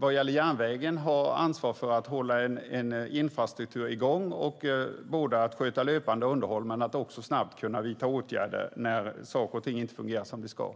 för järnvägen, har ansvar för att hålla i gång en infrastruktur och sköta löpande underhåll och också snabbt kunna vidta åtgärder när saker och ting inte fungerar som det ska.